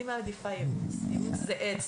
אני מעדיפה "ייעוץ" ייעוץ זה עץ,